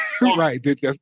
right